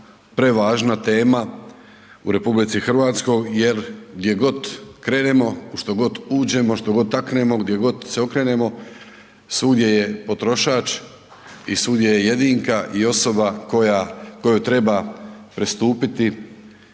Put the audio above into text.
prevažna tema u RH jer gdje god krenemo, u što god uđemo, što god taknemo, gdje god se okrenemo, svugdje je potrošač i svugdje je jedinka i osoba koja, kojoj treba pristupiti